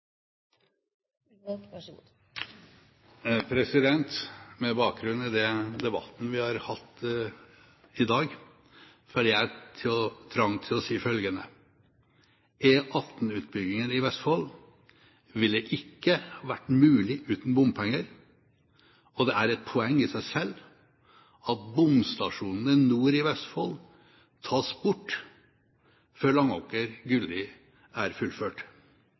vere så oppteken av. Med bakgrunn i den debatten vi har hatt i dag, føler jeg trang til å si følgende: E18-utbyggingen i Vestfold ville ikke vært mulig uten bompenger, og det er et poeng i seg selv at bomstasjonene nord i Vestfold tas bort før Langåker–Gulli er fullført.